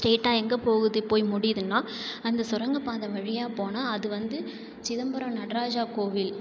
ஸ்ட்ரெயிட்டாக எங்கே போகுது போய் முடியுதுன்னா அந்த சுரங்க பாதை வழியாக போனால் அது வந்து சிதம்பரம் நடராஜா கோவில்